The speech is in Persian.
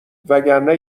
وگرنه